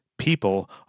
People